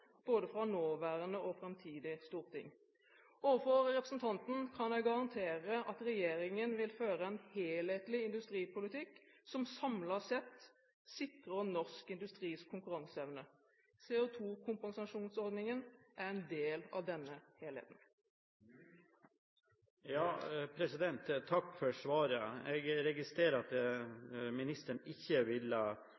både fra nåværende og framtidige storting. Overfor representanten kan jeg garantere at regjeringen vil føre en helhetlig industripolitikk som samlet sett sikrer norsk industris konkurranseevne. CO2-kompensasjonsordningen er en del av denne helheten. Takk for svaret. Jeg registrerer at